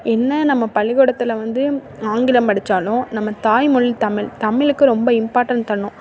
என்ன நம்ம பள்ளிக்கூடத்தில் வந்து ஆங்கிலம் படிச்சாலும் நம்ம தாய்மொழி தமிழ் தமிழுக்கு ரொம்ப இம்பார்ட்டண்ட் தரணும்